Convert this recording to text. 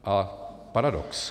A paradox.